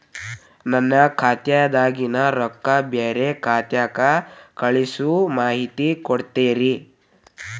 ನನ್ನ ಖಾತಾದಾಗಿನ ರೊಕ್ಕ ಬ್ಯಾರೆ ಖಾತಾಕ್ಕ ಕಳಿಸು ಮಾಹಿತಿ ಕೊಡತೇರಿ?